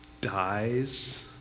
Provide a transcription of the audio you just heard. dies